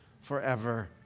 forever